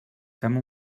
fem